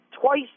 twice